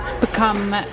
become